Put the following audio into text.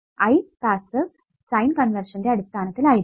I passive sign കൺവെർഷന്റെ അടിസ്ഥാനത്തിൽ ആയിരിക്കും